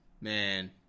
Man